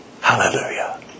Hallelujah